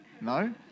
No